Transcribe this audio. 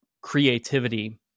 creativity